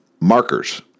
markers